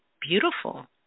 Beautiful